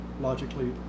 logically